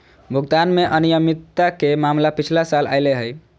भुगतान में अनियमितता के मामला पिछला साल अयले हल